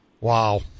Wow